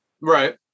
Right